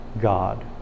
God